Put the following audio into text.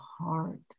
heart